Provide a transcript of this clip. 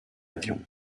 avion